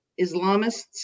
Islamists